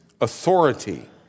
authority